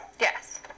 yes